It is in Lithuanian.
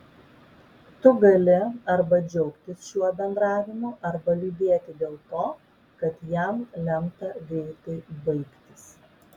tu gali arba džiaugtis šiuo bendravimu arba liūdėti dėl to kad jam lemta greitai baigtis